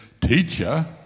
teacher